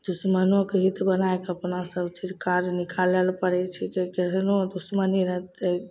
दुश्मनो कऽ हित बनाकऽ अपना सभचीज काज निकालल पड़ैत छै किएकि केहनो दुश्मनी रहतै